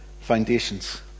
foundations